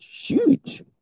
huge